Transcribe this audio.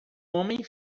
homem